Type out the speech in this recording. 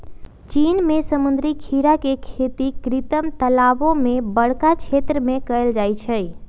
चीन में समुद्री खीरा के खेती कृत्रिम तालाओ में बरका क्षेत्र में कएल जाइ छइ